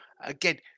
again